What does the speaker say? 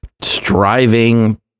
striving